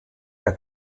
der